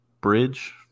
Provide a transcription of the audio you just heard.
bridge